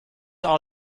are